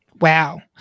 Wow